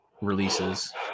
releases